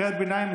קריאת ביניים,